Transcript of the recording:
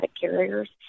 carriers